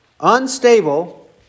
unstable